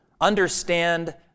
Understand